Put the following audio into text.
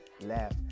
laugh